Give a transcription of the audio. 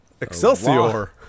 Excelsior